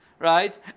Right